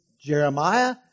Jeremiah